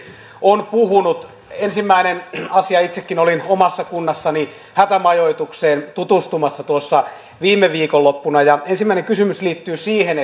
on puhunut ensimmäinen asia itsekin olin omassa kunnassani hätämajoitukseen tutustumassa tuossa viime viikonloppuna ja ensimmäinen kysymys liittyy siihen